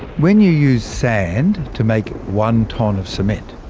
when you use sand to make one tonne of cement,